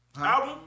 Album